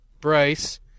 Bryce